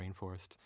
rainforest